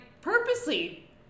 purposely